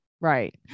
Right